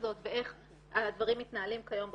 הזאת ואיך הדברים מתנהלים כיום בפועל,